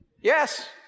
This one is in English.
Yes